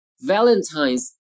Valentine's